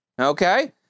okay